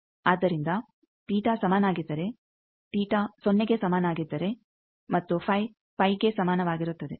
ಆದ್ದರಿಂದ ತೀಟಸಮನಾಗಿದ್ದರೆ ಸೊನ್ನೆಗೆ ಸಮನಾಗಿದ್ದಾರೆ ಮತ್ತು ಫೈ ಗೆ ಸಮನಾಗಿರುತ್ತದೆ